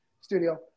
studio